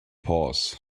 pause